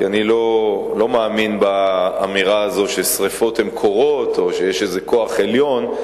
כי אני לא מאמין באמירה ששרפות קורות או שיש איזה כוח עליון,